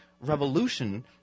revolution